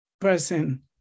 person